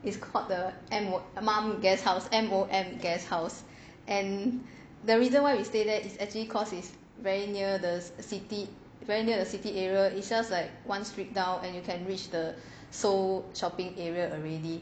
it's called the end err mom guest house M O M house and the reason why we stay there is actually cause it's very near the city very near the city area it's just like once one street down and you can reach the seoul shopping area already